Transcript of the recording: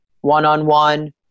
one-on-one